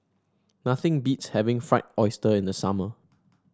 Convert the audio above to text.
nothing beats having Fried Oyster in the summer